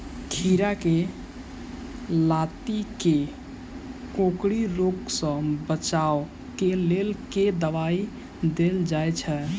खीरा केँ लाती केँ कोकरी रोग सऽ बचाब केँ लेल केँ दवाई देल जाय छैय?